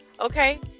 okay